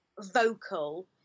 vocal